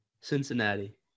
Cincinnati